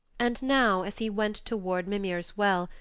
and now, as he went toward mimir's well,